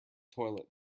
toilet